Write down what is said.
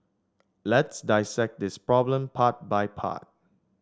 let's dissect this problem part by part